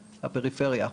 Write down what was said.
הפריפריה.